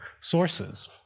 sources